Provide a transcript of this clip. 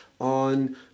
on